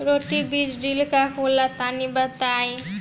Roto बीज drill का होला तनि बताई?